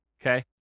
okay